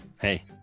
Hey